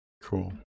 cool